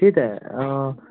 त्यही त